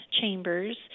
chambers